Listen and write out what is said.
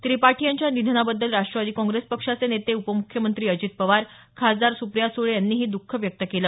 त्रिपाठी यांच्या निधनाबद्दल राष्ट्रवादी काँग्रेस पक्षाचे नेते उपमुख्यमंत्री अजित पवार खासदार सुप्रिया सुळे यांनीही दुख व्यक्त केलं